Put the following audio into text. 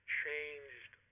changed